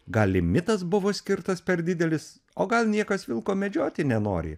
gal limitas buvo skirtas per didelis o gal niekas vilko medžioti nenori